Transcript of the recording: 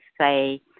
say